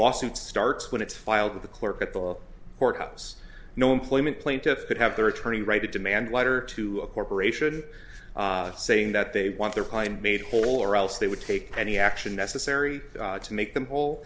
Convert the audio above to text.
lawsuits starts when it's filed with the clerk at the courthouse no employment plaintiff could have their attorney right to demand letter to a corporation saying that they want their claim made whole or else they would take any action necessary to make them whole